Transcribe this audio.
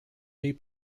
lee